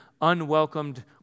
unwelcomed